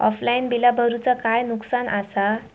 Offline बिला भरूचा काय नुकसान आसा?